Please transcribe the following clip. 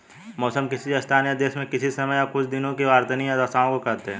मौसम किसी स्थान या देश में किसी समय या कुछ दिनों की वातावार्नीय दशाओं को कहते हैं